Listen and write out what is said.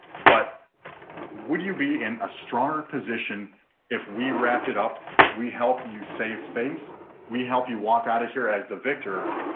but would you be in a stronger position if we wrapped it up. we help you save face. we help you walk out of here as the victor.